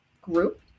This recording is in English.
group